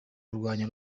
kurwanya